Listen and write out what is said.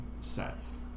sets